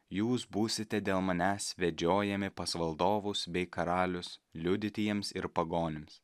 jūs būsite dėl manęs vedžiojami pas valdovus bei karalius liudyti jiems ir pagonims